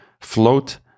Float